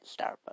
Starbucks